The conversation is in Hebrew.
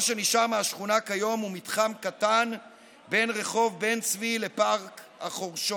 מה שנשאר מהשכונה כיום הוא מתחם קטן בין רחוב בן צבי לפארק החורשות,